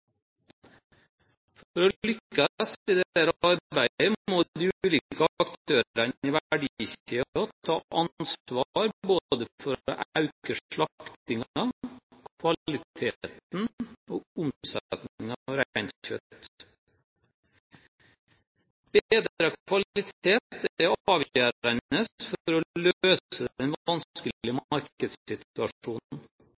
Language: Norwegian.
For å lykkes i dette arbeidet må de ulike aktørene i verdikjeden ta ansvar både for å øke slaktingen, kvaliteten og omsetningen av reinkjøtt. Bedret kvalitet er avgjørende for å løse den